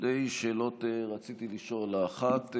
שתי שאלות רציתי לשאול: האחת,